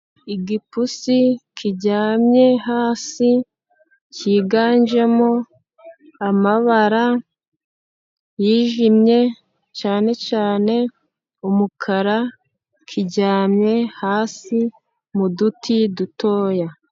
Igipusi kiryamye hasi cyiganjemo amabara yijimye cyane cyane umukara, kiryamye hasi mu duti dutoya.